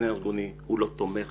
המבנה הארגוני לא תומך